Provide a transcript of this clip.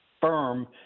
firm